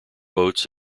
boats